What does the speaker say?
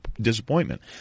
disappointment